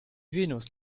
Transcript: venus